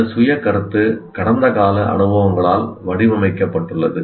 இந்த சுய கருத்து கடந்த கால அனுபவங்களால் வடிவமைக்கப்பட்டுள்ளது